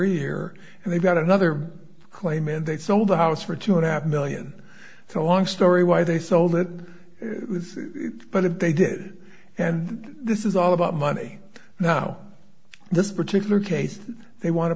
here and they've got another claim and they sold the house for two and a half million for a long story why they sold it but if they did and this is all about money now this particular case they want to